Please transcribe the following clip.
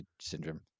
syndrome